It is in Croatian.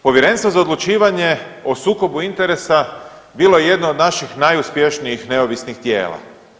Povjerenstvo za odlučivanje o sukobu interesa bilo je jedno od naših najuspješnijih neovisnih tijela.